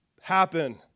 happen